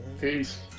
Peace